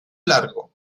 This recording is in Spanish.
largo